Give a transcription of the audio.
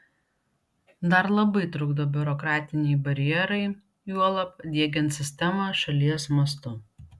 dar labai trukdo biurokratiniai barjerai juolab diegiant sistemą šalies mastu